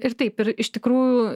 ir taip ir iš tikrųjų